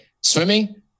Swimming